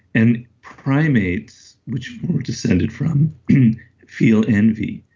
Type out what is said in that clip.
and primates which we descended from feel envy.